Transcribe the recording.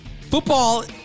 football